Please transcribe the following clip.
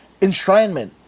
enshrinement